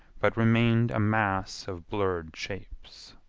but remained a mass of blurred shapes.